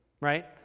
right